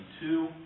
two